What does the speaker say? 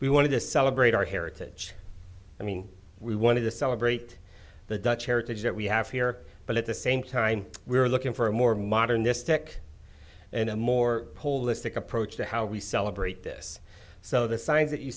we wanted to celebrate our heritage i mean we wanted to celebrate the dutch heritage that we have here but at the same time we're looking for a more modern this tech and a more holistic approach to how we celebrate this so the signs that you